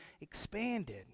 expanded